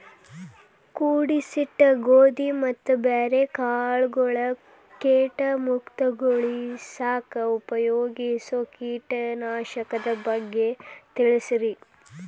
ಕೂಡಿಸಿಟ್ಟ ಗೋಧಿ ಮತ್ತ ಬ್ಯಾರೆ ಕಾಳಗೊಳ್ ಕೇಟ ಮುಕ್ತಗೋಳಿಸಾಕ್ ಉಪಯೋಗಿಸೋ ಕೇಟನಾಶಕದ ಬಗ್ಗೆ ತಿಳಸ್ರಿ